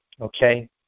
Okay